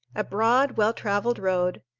a broad, well-traveled road,